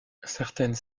certaines